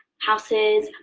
houses,